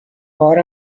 بار